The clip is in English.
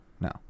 No